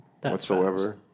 whatsoever